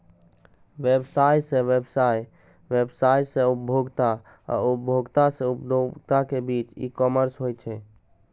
व्यवसाय सं व्यवसाय, व्यवसाय सं उपभोक्ता आ उपभोक्ता सं उपभोक्ता के बीच ई कॉमर्स होइ छै